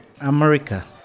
America